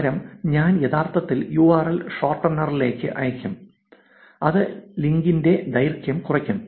പകരം ഞാൻ യഥാർത്ഥത്തിൽ യുആർഎൽ ഷോർട്ട്നറിലേക്ക് അയയ്ക്കും അത് ലിങ്കിന്റെ ദൈർഘ്യം കുറയ്ക്കും